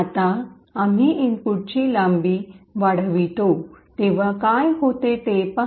आता आम्ही इनपुटची लांबी लेन्थ length वाढवितो तेव्हा काय होते ते पहा